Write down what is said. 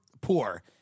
poor